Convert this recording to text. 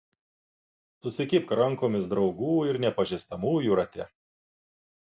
susikibk rankomis draugų ir nepažįstamųjų rate